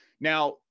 Now